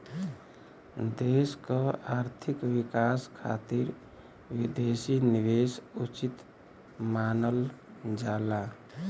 देश क आर्थिक विकास खातिर विदेशी निवेश उचित मानल जाला